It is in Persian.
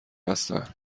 هستن